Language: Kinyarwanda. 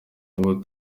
ubu